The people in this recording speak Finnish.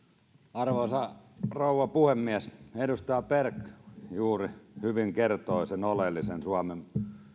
arvoisa rouva puhemies edustaja berg juuri hyvin kertoi sen oleellisen suomen